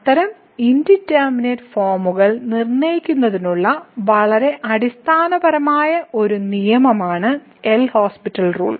അത്തരമൊരു ഇൻഡിറ്റർമിനേറ്റ് ഫോമുകൾ നിർണ്ണയിക്കുന്നതിനുള്ള വളരെ അടിസ്ഥാനപരമായ ഒരു നിയമമാണ് എൽ ഹോസ്പിറ്റൽ റൂൾ